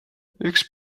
üks